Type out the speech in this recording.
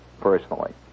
personally